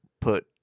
put –